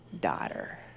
daughter